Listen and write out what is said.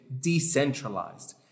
decentralized